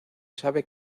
sabe